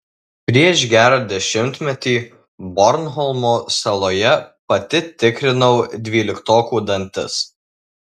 prieš gerą dešimtmetį bornholmo saloje pati tikrinau dvyliktokų dantis